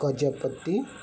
Gajapati